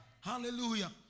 Hallelujah